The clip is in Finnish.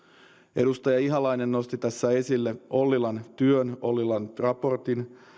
edustaja ihalainen nosti tässä esille ollilan työn ollilan raportin